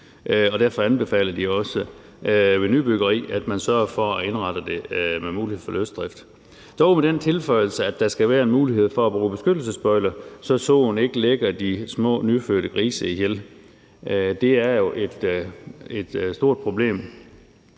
derfor anbefaler de også ved nybyggeri, at man sørger for at indrette det med mulighed for løsdrift, dog med den tilføjelse, at der skal være en mulighed for at bruge beskyttelsesbøjler, så soen ikke ligger de små nyfødte grise ihjel. Det er jo et stort problem,